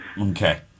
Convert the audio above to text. Okay